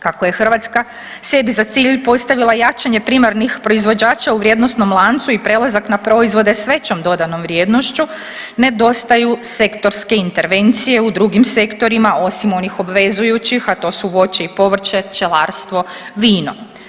Kako je Hrvatska sebi za cilj postavila jačanje primarnih proizvođača u vrijednosnom lancu i prelazak na proizvode s većom dodatnom vrijednošću nedostaju sektorske intervencije u drugim sektorima osim onih obvezujućih, a to su voće i povrće, pčelarstvo, vino.